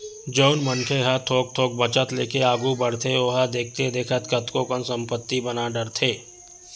जउन मनखे ह थोक थोक बचत लेके आघू बड़थे ओहा देखथे देखत कतको कन संपत्ति बना डरथे